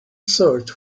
search